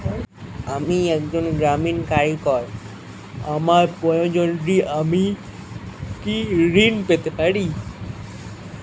আমি একজন গ্রামীণ কারিগর আমার প্রয়োজনৃ আমি কি ঋণ পেতে পারি?